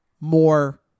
more